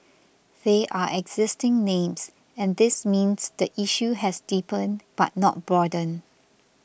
they are existing names and this means the issue has deepened but not broadened